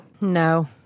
No